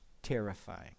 terrifying